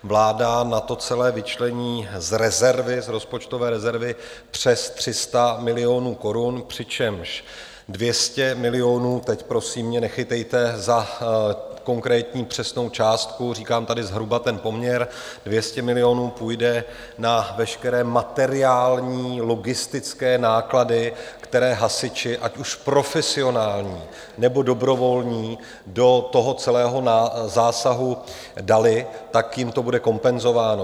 Vláda na to celé vyčlení z rozpočtové rezervy přes 300 milionů korun, přičemž 200 milionů teď mě, prosím, nechytejte za konkrétní přesnou částku, říkám tady zhruba ten poměr 200 milionů půjde na veškeré materiální, logistické náklady, které hasiči, ať už profesionální, nebo dobrovolní, do celého zásahu dali, tak jim to bude kompenzováno.